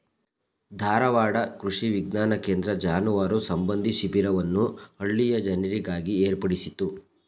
ಧಾರವಾಡ ಕೃಷಿ ವಿಜ್ಞಾನ ಕೇಂದ್ರ ಜಾನುವಾರು ಸಂಬಂಧಿ ಶಿಬಿರವನ್ನು ಹಳ್ಳಿಯ ಜನರಿಗಾಗಿ ಏರ್ಪಡಿಸಿತ್ತು